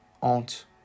Aunt